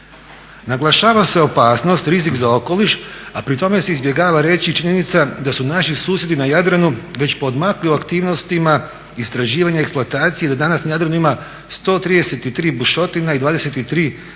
Naglašava se opasnost rizik za okoliš a pri tome se izbjegava reći i činjenica da su naši susjedi na Jadranu već poodmakli u aktivnostima istraživanja eksploatacije. Do danas na Jadranu ima 133 bušotina i 23 plinske